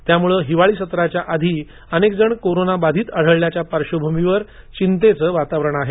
त्यामुळे हिवाळी सत्राच्या आधी अनेक जण कोरोना बाधित आढळल्याच्या पार्श्वभूमीवर चिंतेचं वातावरण आहे